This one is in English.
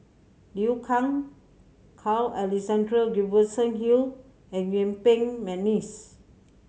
Liu Kang Carl Alexander Gibson Hill and Yuen Peng McNeice